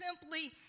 simply